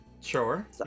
Sure